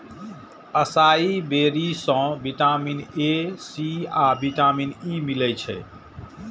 असाई बेरी सं vitamin A, C आ विटामिन ई मिलै छै